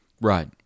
Right